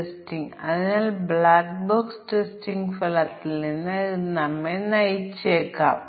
ആവശ്യമാണ് അതിനാൽ നമുക്ക് n തുല്യതാ ക്ലാസുകൾ ഉണ്ടെങ്കിൽ നമുക്ക് 6n1 ആവശ്യമാണ്